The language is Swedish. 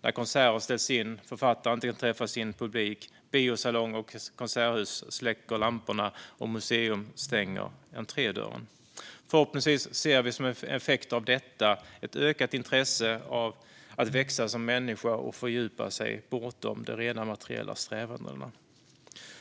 när konserter ställs in, författare inte kan träffa sin publik, biosalonger och konserthus släcker lamporna och museer stänger entrédörren. Förhoppningsvis ser vi som en effekt av detta ett ökat intresse av att växa som människa och fördjupa sig bortom de rena materiella strävandena.